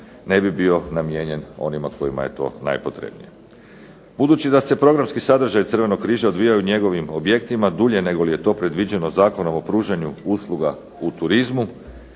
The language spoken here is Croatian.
ne bi bio namijenjen onima kojima je to najpotrebnije. Budući da se programski sadržaj Crvenog križa odvija u njegovim objektima dulje nego li je to predviđeno Zakonom o pružanju usluga u turizmu,